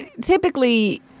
typically